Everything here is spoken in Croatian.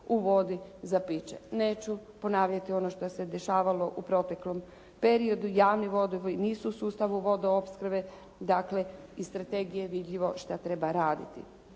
u vodi za piće. Neću ponavljati ono što se dešavalo u proteklom periodu, javni vodovodi nisu u sustavu vodoopskrbe. Dakle, iz strategije je vidljivo što treba raditi.